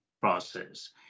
process